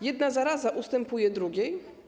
Jedna zaraza ustępuje drugiej?